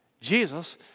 Jesus